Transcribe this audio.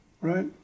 Right